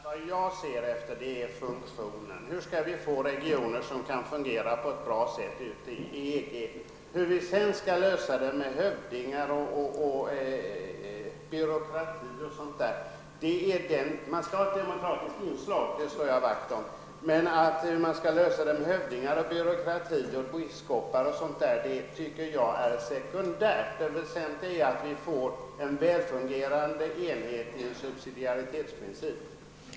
Herr talman! Det som skiljer oss åt är att vi ser på funktionen: Hur skall vi få regioner som fungerar på ett bra sätt i EG? Det skall vara ett demokratiskt inslag, det slår vi vakt om. Men hur vi skall lösa detta med hövdingar och byråkrater, biskopar osv. tycker jag är sekundärt. Det väsentliga är att vi får en väl fungerande enhet enligt subsidialitetsprincipen.